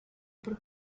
por